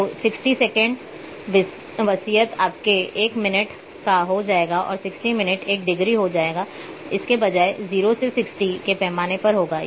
तो 60 सेकंड वसीयत आपके एक मिनट का हो जाएगा और 60 मिनट एक डिग्री हो जाएगा इसके बजाय 0 से 60 के पैमाने पर होगा